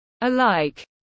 alike